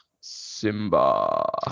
Simba